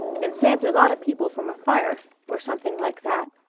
and saved a lot of people from a fire or something like that.